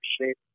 shape